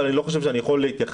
אבל אני לא חושב שאני יכול להתייחס,